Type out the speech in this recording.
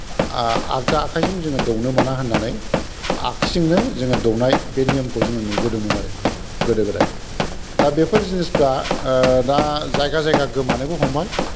आगदा आखाइजों जोङो दौनो मोना होननानै आगसिजोंनो जोङो दौनाय बे नियमखौ जोङो नुबोदोंमोन आरो गोदो गोदाय दा बेफोर जिनिसफ्रा दा जायगा जायगा गोमानोबो हमबाय